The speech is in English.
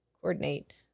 coordinate